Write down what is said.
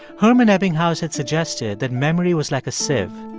hermann ebbinghaus had suggested that memory was like a sieve.